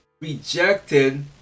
rejected